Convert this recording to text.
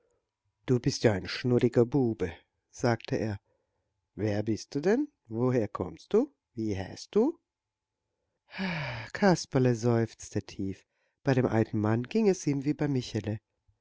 du bist ja ein schnurriger bube sagte er wer bist du denn woher kommst du wie heißt du kasperle seufzte tief bei dem alten mann ging es ihm wie beim michele